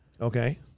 Okay